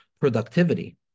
productivity